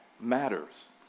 matters